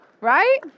Right